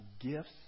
gifts